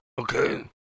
Okay